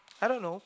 I don't know